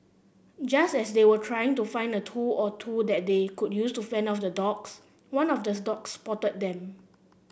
just as they were trying to find a tool or two that they could use to fend off the dogs one of the dogs spotted them